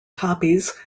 copies